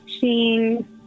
seeing